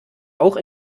auch